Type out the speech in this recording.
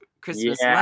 Christmas